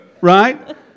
right